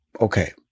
okay